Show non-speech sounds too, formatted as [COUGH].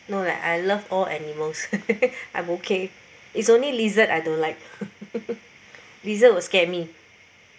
no like I love all animals [LAUGHS] I'm okay it's only lizard I don't like [LAUGHS] lizard will scare me